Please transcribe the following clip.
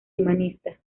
humanista